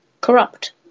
Corrupt